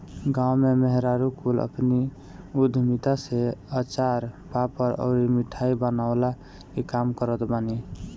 गांव में मेहरारू कुल अपनी उद्यमिता से अचार, पापड़ अउरी मिठाई बनवला के काम करत बानी